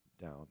down